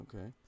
Okay